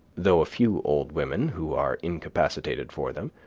though a few old women who are incapacitated for them,